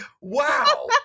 wow